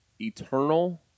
eternal